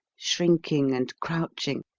shrinking and crouching,